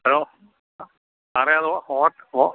hello സാറെ അതോ ഓട്ട് ഒ